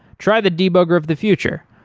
try the debugger of the future,